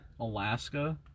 Alaska